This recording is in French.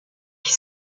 qui